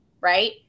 right